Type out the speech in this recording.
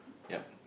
yup